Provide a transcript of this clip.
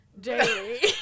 daily